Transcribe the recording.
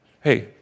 hey